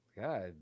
god